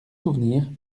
souvenirs